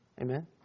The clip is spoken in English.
Amen